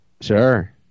Sure